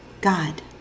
God